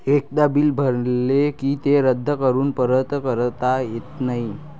एकदा बिल भरले की ते रद्द करून परत करता येत नाही